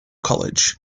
college